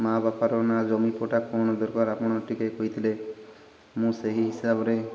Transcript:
ମା' ବାପାର ନା ଜମି ପଟା କ'ଣ ଦରକାର ଆପଣ ଟିକେ କହିଥିଲେ ମୁଁ ସେହି ହିସାବରେ